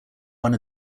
one